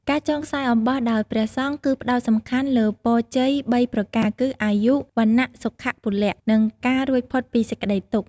ការចងខ្សែរអំបោះដោយព្រះសង្ឃ គឺផ្ដោតសំខាន់លើ ពរជ័យបីប្រការគឺ អាយុ វណ្ណៈ សុខៈ ពលៈ និងការរួចផុតពីសេចក្ដីទុក្ខ។